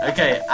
Okay